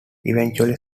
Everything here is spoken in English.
eventually